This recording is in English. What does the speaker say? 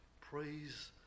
praise